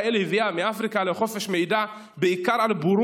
הביאה אותה מאפריקה לחופש מעיד בעיקר על בורות,